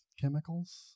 chemicals